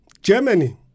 Germany